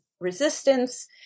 resistance